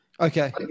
Okay